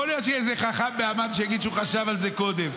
יכול להיות שיהיה איזה חכם באמ"ן שיגיד שהוא חשב על זה קודם.